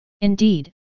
Indeed